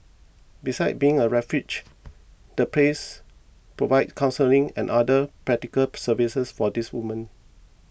besides being a refuge the place provides counselling and other practical services for these woman